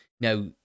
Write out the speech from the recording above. now